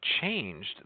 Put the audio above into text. changed